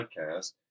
podcast